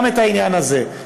גם את העניין הזה.